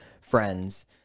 friends